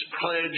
pledge